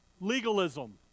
Legalism